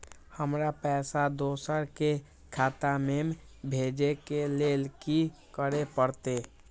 हमरा पैसा दोसर के खाता में भेजे के लेल की करे परते?